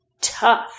tough